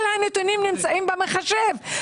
כל הנתונים נמצאים במחשב.